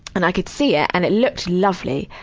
and i could see it and it looked lovely.